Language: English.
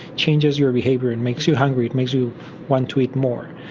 changes your behaviour and makes you hungry, makes you want to eat more.